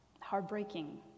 Heartbreaking